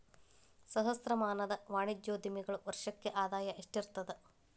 ಸಹಸ್ರಮಾನದ ವಾಣಿಜ್ಯೋದ್ಯಮಿಗಳ ವರ್ಷಕ್ಕ ಆದಾಯ ಎಷ್ಟಿರತದ